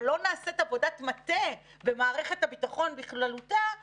אבל לא נעשית עבודת מטה במערכת הביטחון בכללותה שאומרת: